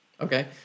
Okay